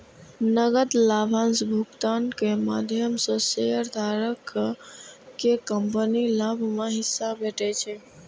नकद लाभांश भुगतानक माध्यम सं शेयरधारक कें कंपनीक लाभ मे हिस्सा भेटै छै